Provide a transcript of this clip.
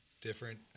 different